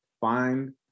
find